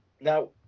now